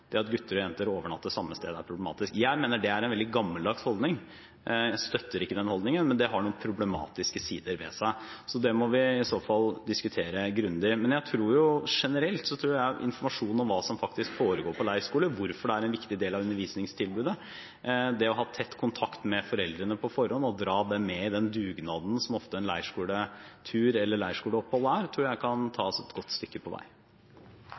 det at gutter og jenter overnatter samme sted, er problematisk. Jeg mener det er en veldig gammeldags holdning, jeg støtter ikke den holdningen, men det har noen problematiske sider ved seg. Det må vi i så fall diskutere grundig. Generelt tror jeg informasjon om hva som faktisk foregår på leirskole, hvorfor det er en viktig del av undervisningstilbudet, det å ha tett kontakt med foreldrene på forhånd og dra dem med på den dugnaden som en tur eller et leirskoleopphold ofte er, kan ta oss et godt stykke på vei.